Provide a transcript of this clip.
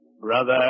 brother